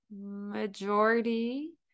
majority